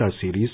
series